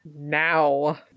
Now